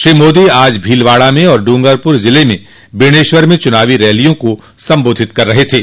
श्री मोदी आज भीलवाड़ा और डूंगरपुर जिले में बेणेश्वर में च्रनावी रैलियों को संबोधित कर रहे थे